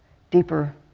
deeper,